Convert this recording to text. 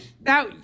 Now